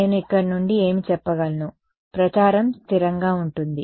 నేను ఇక్కడ నుండి ఏమి చెప్పగలను ప్రచారం స్థిరంగా ఉంటుంది